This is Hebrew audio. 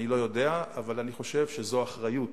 אני לא יודע, אבל אני חושב שזאת אחריות